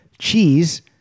Cheese